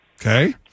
Okay